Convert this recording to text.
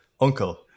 Uncle